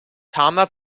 tama